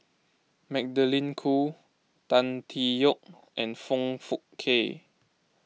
Magdalene Khoo Tan Tee Yoke and Foong Fook Kay